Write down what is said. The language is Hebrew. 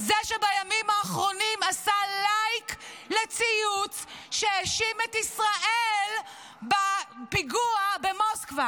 זה שבימים האחרונים עשה לייק לציוץ שהאשים את ישראל בפיגוע במוסקבה.